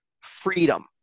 freedom